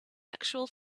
actual